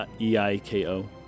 E-I-K-O